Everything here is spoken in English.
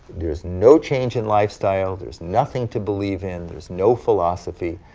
there is no change in lifestyle, there is nothing to believe in, there is no philosophy.